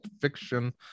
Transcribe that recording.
Fiction